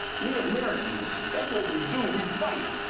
we americans, that's what we do. we fight,